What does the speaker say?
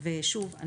ושוב,